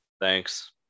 Thanks